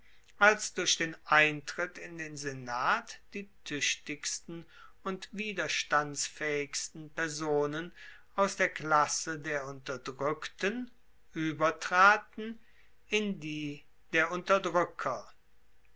als durch den eintritt in den senat die tuechtigsten und widerstandsfaehigsten personen aus der klasse der unterdrueckten uebertraten in die der unterdruecker